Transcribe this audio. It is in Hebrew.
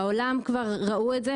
בעולם כבר ראו את זה,